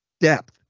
depth